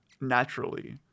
naturally